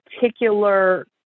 particular